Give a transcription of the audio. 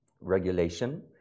regulation